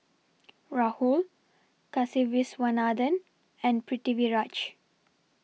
Rahul Kasiviswanathan and Pritiviraj